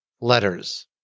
Letters